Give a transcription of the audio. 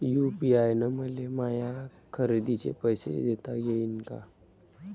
UPI न मले माया खरेदीचे पैसे देता येईन का?